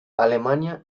alemania